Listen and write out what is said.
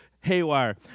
haywire